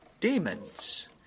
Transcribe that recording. demons